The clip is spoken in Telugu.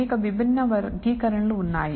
అనేక విభిన్న వర్గీకరణలు ఉన్నాయి